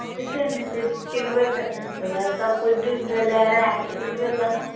किछो नहि छै किनबै कतय से उएह सभ किछु डूबि गेलै हेरा गेलै तऽ किनबै केना